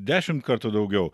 dešimt kartų daugiau